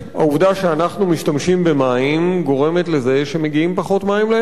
העובדה שאנחנו משתמשים במים גורמת לזה שמגיעים פחות מים לים,